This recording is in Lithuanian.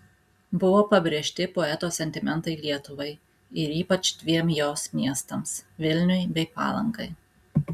buvo pabrėžti poeto sentimentai lietuvai ir ypač dviem jos miestams vilniui bei palangai